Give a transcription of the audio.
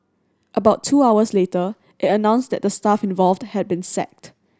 about two hours later it announced that the staff involved had been sacked